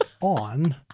on